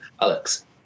Alex